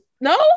no